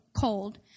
cold